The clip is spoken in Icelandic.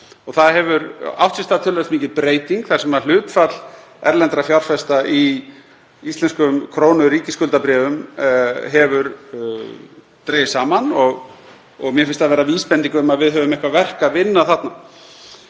Það hefur átt sér stað töluvert mikil breyting þar sem hlutfall erlendra fjárfesta í íslenskum krónum, ríkisskuldabréfum, hefur dregist saman og mér finnst það vera vísbending um að við höfum eitthvert verk að vinna þarna.